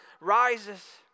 rises